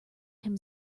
him